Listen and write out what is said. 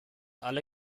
alle